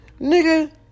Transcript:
Nigga